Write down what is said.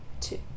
Two